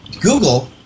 Google